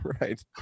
Right